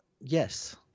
Yes